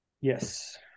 Yes